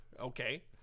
Okay